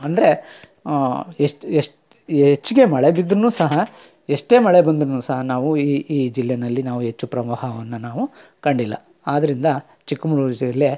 ಅಂದರೆ ಎಷ್ಟು ಎಷ್ಟು ಹೆಚ್ಗೆ ಮಳೆ ಬಿದ್ರು ಸಹ ಎಷ್ಟೇ ಮಳೆ ಬಂದ್ರು ಸಹ ನಾವು ಈ ಈ ಜಿಲ್ಲೆನಲ್ಲಿ ನಾವು ಹೆಚ್ಚು ಪ್ರವಾಹವನ್ನ ನಾವು ಕಂಡಿಲ್ಲ ಆದ್ರಿಂದ ಚಿಕ್ಕಮಗ್ಳೂರು ಜಿಲ್ಲೆ